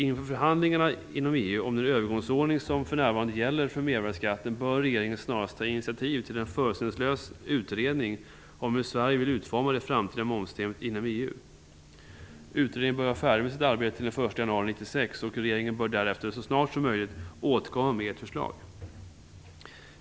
Inför förhandlingarna inom EU om den övergångsordning som för närvarande gäller för mervärdesskatten bör regeringen snarast ta initiativ till en förutsättningslös utredning om hur Sverige vill utforma det framtida momssystemet inom EU. Utredningen bör vara färdig med sitt arbete till den 1 januari 1996, och regeringen bör därefter så snart som möjligt återkomma med ett förslag.